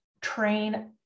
train